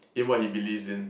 in what he believes in